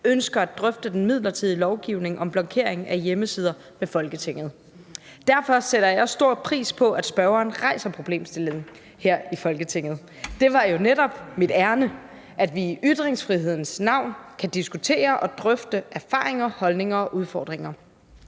ønsker at drøfte den midlertidige lovgivning om blokering af hjemmesider med Folketinget. Derfor sætter jeg også stor pris på, at spørgeren rejser problemstillingen her i Folketinget. Det var jo netop mit ærinde, at vi i ytringsfrihedens navn kunne diskutere og drøfte erfaringer, holdninger og udfordringer.